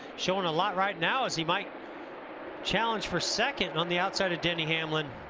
showing a lot right now. as he might challenge for second on the outside of denny hamlin.